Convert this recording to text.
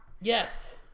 Yes